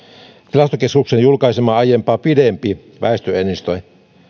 tilastokeskuksen julkaisema aiempaa pidempi väestöennuste